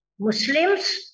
Muslims